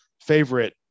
favorite